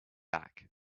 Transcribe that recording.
back